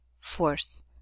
force